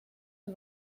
del